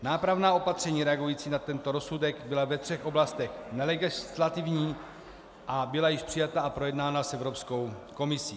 Nápravná opatření reagující na tento rozsudek byla ve třech oblastech nelegislativní a byla již přijata a projednána s Evropskou komisí.